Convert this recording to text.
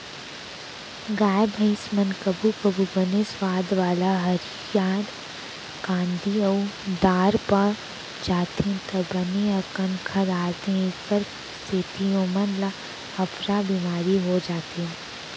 गाय भईंस मन कभू कभू बने सुवाद वाला हरियर कांदी अउ दार पा जाथें त बने अकन खा डारथें एकर सेती ओमन ल अफरा बिमारी हो जाथे